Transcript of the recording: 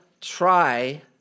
try